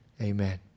Amen